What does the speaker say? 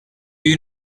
you